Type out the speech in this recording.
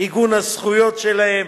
עיגון הזכויות שלהם,